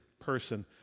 person